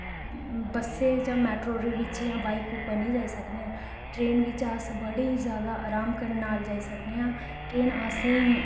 बस्सै च मेटाडोरै च जां बाईक पर निं जाई सकने आं ट्रेन बिच अस बड़े आराम नाल आई जाई सकने आं ट्रे असें ई